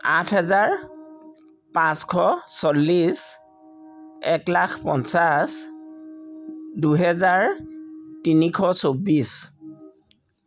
আঠ হেজাৰ পাঁচশ চল্লিছ এক লাখ পঞ্চাছ দুহেজাৰ তিনিশ চৌবিছ